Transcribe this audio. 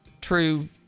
true